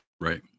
Right